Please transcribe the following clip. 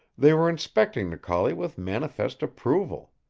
they were inspecting the collie with manifest approval.